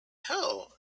hell